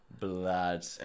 blood